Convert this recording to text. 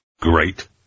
Great